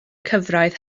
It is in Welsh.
cyfraith